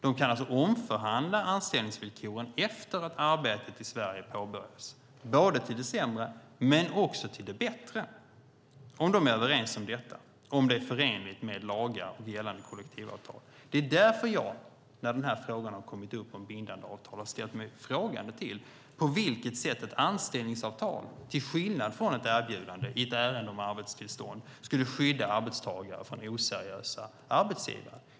De kan alltså omförhandla anställningsvillkoren efter att arbetet i Sverige påbörjats, till det sämre men också till det bättre, om de är överens om detta, om det är förenligt med lagar och gällande kollektivavtal. Det är därför jag när frågan om bindande avtal har kommit upp har ställt mig frågande till på vilket sätt ett anställningsavtal till skillnad från ett erbjudande i ett ärende om arbetstillstånd skulle skydda arbetstagare från oseriösa arbetsgivare.